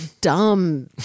dumb